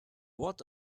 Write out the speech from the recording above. what